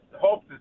hope